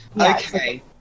Okay